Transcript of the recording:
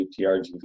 UTRGV